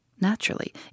Naturally